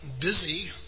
busy